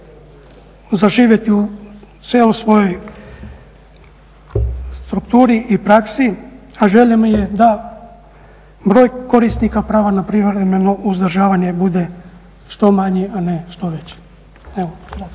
zaživjeti u cijeloj svojoj strukturi i praksi, a želja mi je da broj korisnika prava na privremeno uzdržavanje bude što manji, a ne što veći. Hvala.